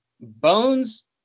bones